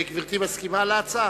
גברתי מסכימה להצעה?